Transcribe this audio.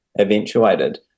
eventuated